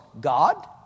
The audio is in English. God